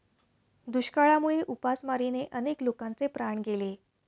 दुष्काळामुळे उपासमारीने अनेक लोकांचे प्राण गेले